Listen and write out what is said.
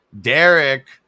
Derek